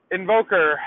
Invoker